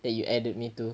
that you added me to